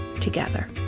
together